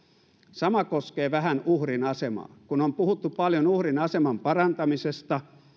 sama koskee vähän uhrin asemaa kun on puhuttu paljon uhrin aseman parantamisesta